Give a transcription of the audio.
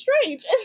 strange